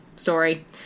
story